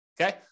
Okay